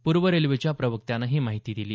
पूर्व रेल्वेच्या प्रवक्त्यांनं ही माहिती दिली